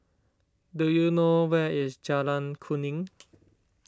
do you know where is Jalan Kuning